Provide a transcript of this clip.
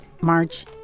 March